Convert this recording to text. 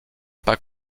pas